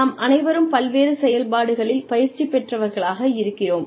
நாம் அனைவரும் பல்வேறு செயல்பாடுகளில் பயிற்சி பெற்றவர்களாக இருக்கிறோம்